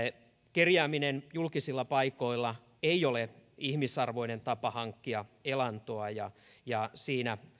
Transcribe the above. kerjääminen julkisilla paikoilla ei ole ihmisarvoinen tapa hankkia elantoa ja ja siinä